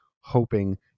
hoping